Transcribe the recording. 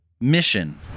Mission